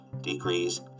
degrees